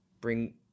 Bring